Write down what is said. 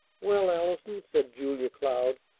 well, allison, said julia cloud,